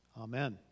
Amen